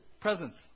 presents